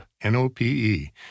N-O-P-E